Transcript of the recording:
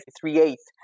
three-eighths